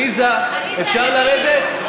עליזה, אפשר לרדת?